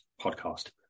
podcast